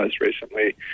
recently